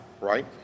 Right